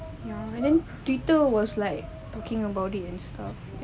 and then twitter was like talking about it and stuff